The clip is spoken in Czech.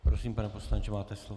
Prosím, pane poslanče, máte slovo.